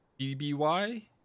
BBY